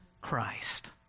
Christ